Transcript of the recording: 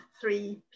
three